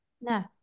No